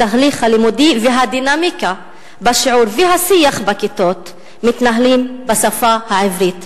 התהליך הלימודי והדינמיקה בשיעור והשיח בכיתות מתנהלים בשפה העברית.